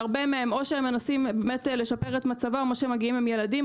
שהרבה מאוד או שהם מנסים באמת לשפר את מצבם או שהם מגיעים עם ילדים.